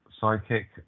psychic